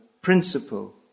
principle